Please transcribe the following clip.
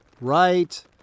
right